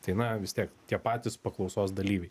tai na vis tiek tie patys paklausos dalyviai